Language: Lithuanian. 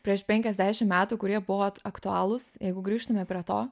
prieš penkiasdešimt metų kurie buvo aktualūs jeigu grįžtume prie to